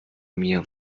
mir